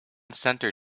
center